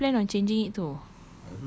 what what do you plan on changing it to